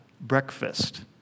breakfast